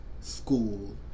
school